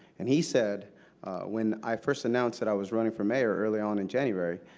and he said when i first announced that i was running for mayor early on in january,